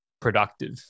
productive